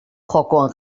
jokoan